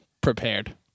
prepared